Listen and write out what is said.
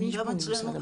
גם אצלינו,